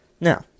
Now